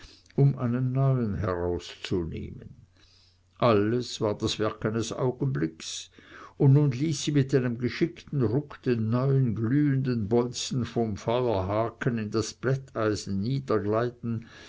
um einen neuen herauszunehmen alles war das werk eines augenblicks und nun ließ sie mit einem geschickten ruck den neuen glühenden bolzen vom feuerhaken in das plätteisen